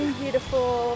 beautiful